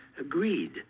agreed